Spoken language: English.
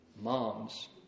Mom's